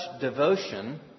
devotion